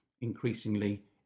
increasingly